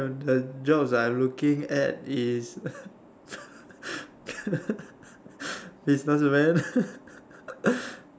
the job I'm looking at is businessman